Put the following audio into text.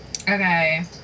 Okay